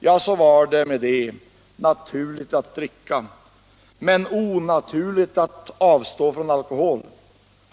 Ja, så var det med det — naturligt att dricka men onaturligt att avstå från alkohol!